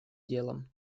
делом